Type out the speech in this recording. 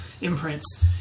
imprints